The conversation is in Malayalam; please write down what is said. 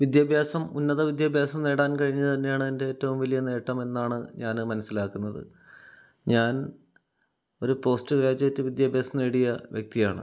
വിദ്യാഭ്യാസം ഉന്നത വിദ്യാഭ്യാസം നേടാൻ കഴിഞ്ഞത് തന്നെയാണ് എൻ്റെ ഏറ്റവും വലിയ നേട്ടമെന്നാണ് ഞാൻ മനസ്സിലാക്കുന്നത് ഞാൻ ഒരു പോസ്റ്റ് ഗ്രാജുവേറ്റ് വിദ്യാഭ്യാസം നേടിയ വ്യക്തിയാണ്